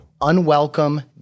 unwelcome